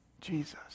Jesus